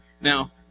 now